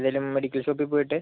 ഏതെങ്കിലും മെഡിക്കൽ ഷോപ്പിൽ പോയിട്ട്